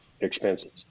expenses